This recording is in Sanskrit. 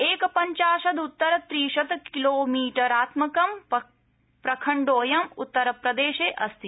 एकपंचाशदृत्तर त्रिशतकिलोमीटरात्मकं प्रखण्डोऽयं उत्तरप्रदेशे अस्ति